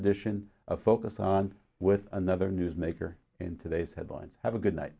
edition of focus on with another newsmaker in today's headlines have a good night